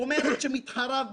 אומרת שמתחריו,